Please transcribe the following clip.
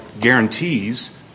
guarantees